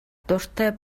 дуртай